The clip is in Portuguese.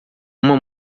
uma